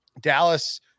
Dallas